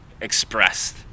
expressed